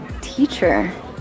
Teacher